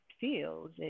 feels